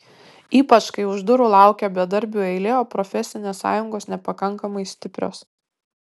ypač kai už durų laukia bedarbių eilė o profesinės sąjungos nepakankamai stiprios